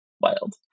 wild